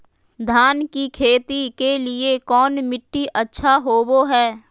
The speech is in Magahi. धान की खेती के लिए कौन मिट्टी अच्छा होबो है?